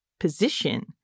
position